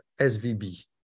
SVB